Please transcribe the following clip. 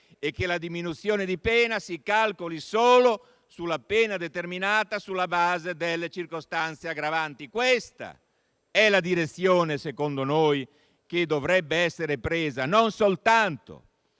e che la diminuzione di pena si applichi solo sulla pena determinata sulla base delle circostanze aggravanti. Questa è la direzione che secondo noi dovrebbe essere presa, non soltanto